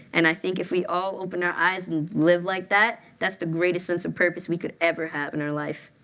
and i think if we all open our eyes and live like that, that's the greatest sense of purpose we could ever have in our life,